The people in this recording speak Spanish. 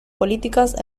políticas